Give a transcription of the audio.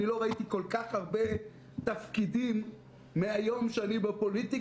אני לא ראיתי כל כך הרבה תפקידים מהיום שאני בפוליטיקה